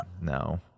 no